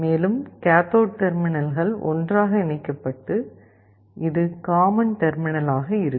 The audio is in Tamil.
மேலும் கேத்தோடு டெர்மினல்கள் ஒன்றாக இணைக்கப்பட்டு இது காமன் டெர்மினல் ஆக இருக்கும்